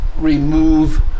remove